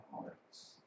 hearts